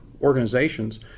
organizations